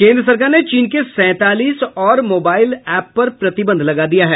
केन्द्र सरकार ने चीन के सैंतालीस और मोबाईल एप पर प्रतिबंध लगा दिया है